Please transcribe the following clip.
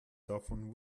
davon